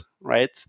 right